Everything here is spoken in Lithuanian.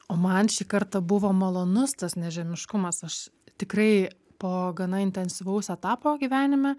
o man šį kartą buvo malonus tas nežemiškumas aš tikrai po gana intensyvaus etapo gyvenime